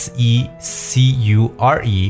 Secure